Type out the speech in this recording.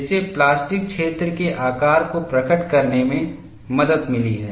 इससे प्लास्टिक क्षेत्र के आकार को प्रकट करने में मदद मिली है